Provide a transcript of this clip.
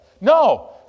No